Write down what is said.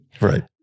Right